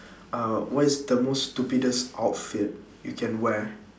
uh what is the most stupidest outfit you can wear